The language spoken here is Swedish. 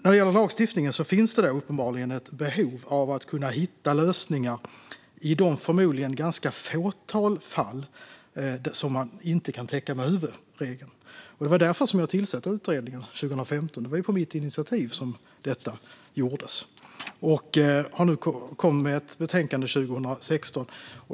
När det gäller lagstiftningen finns det uppenbarligen ett behov av att kunna hitta lösningar i de förmodligen ganska få fall som man inte kan täcka med huvudregeln. Det var därför jag tillsatte utredningen 2015; det var ju på mitt initiativ som detta gjordes. Utredningen kom med ett betänkande 2016.